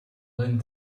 learned